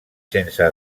sense